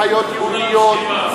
אחיות יהודיות,